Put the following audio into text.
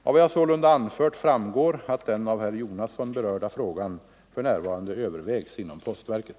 Av vad jag sålunda anfört framgår att den av herr Jonasson berörda frågan för närvarande övervägs inom postverket.